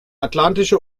atlantische